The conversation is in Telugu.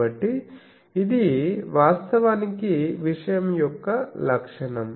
కాబట్టి ఇది వాస్తవానికి విషయం యొక్క లక్షణం